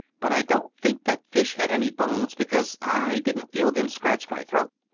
but i don't think that fish had any bones, because i didn't feel them scratch my throat.